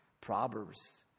Proverbs